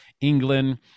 England